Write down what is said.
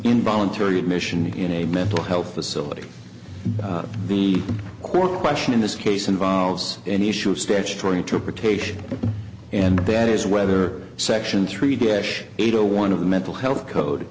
involuntary admission in a mental health facility the core question in this case involves an issue of statutory interpretation and that is whether section three d s eight zero one of the mental health code